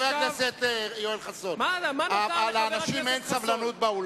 חבר הכנסת יואל חסון, לאנשים באולם אין סבלנות.